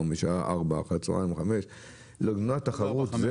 משעה 16:00 או 17:00. אתם רוצים למנוע תחרות?